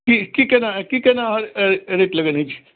कि कि कोना कि कोना अहाँ रेट लगेने छी